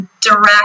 direct